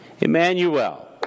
Emmanuel